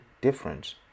difference